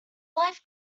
life